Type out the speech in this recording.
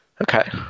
Okay